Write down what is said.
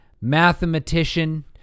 mathematician